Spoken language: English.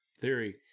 Theory